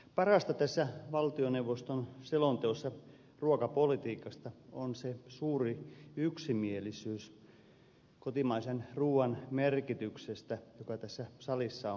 parasta tässä valtioneuvoston selonteossa ruokapolitiikasta on se suuri yksimielisyys kotimaisen ruuan merkityksestä mikä tässä salissa on vallinnut